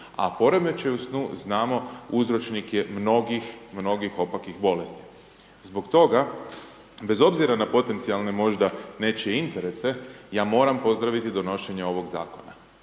a poremećaj u snu znamo uzročnik je mnogih opakih bolesti. Zbog toga, bez obzira na potencijalne možda nečije interese, ja moram pozdraviti donošenje ovog zakona